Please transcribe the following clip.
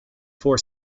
four